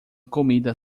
comida